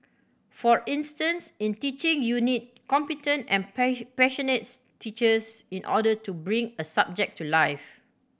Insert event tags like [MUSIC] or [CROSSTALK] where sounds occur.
for instance in teaching you need competent and [UNINTELLIGIBLE] teachers in order to bring a subject to life